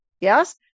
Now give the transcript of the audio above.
Yes